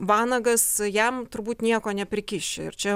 vanagas jam turbūt nieko neprikiši ir čia